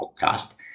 podcast